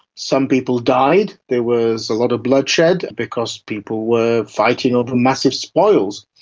some people died, there was a lot of bloodshed because people were fighting over massive spoils.